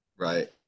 Right